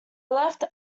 left